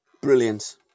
Brilliant